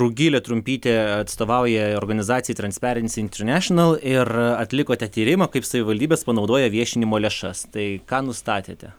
rugilė trumpytė atstovauja organizacijai transparency international ir atlikote tyrimą kaip savivaldybės panaudoja viešinimo lėšas tai ką nustatėte